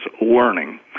learning